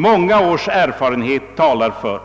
Många års erfarenhet talar för